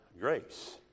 grace